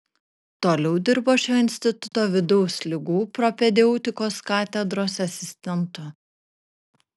toliau dirbo šio instituto vidaus ligų propedeutikos katedros asistentu